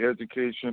Education